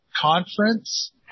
conference